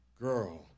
girl